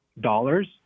dollars